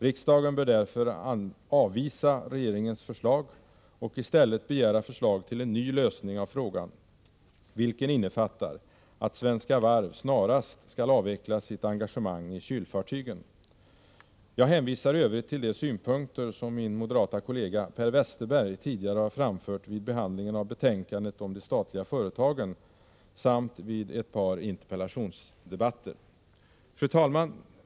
Riksdagen bör därför avvisa regeringens förslag och i stället begära förslag till en ny lösning, vilken innefattar att Svenska Varv snarast skall avveckla sitt engagemang i kylfartygen. Jag hänvisar i övrigt till de synpunkter som min moderata kollega Per Westerberg tidigare har framfört vid behandlingen av betänkandet om de statliga företagen samt vid ett par interpellationsdebatter. Fru talman!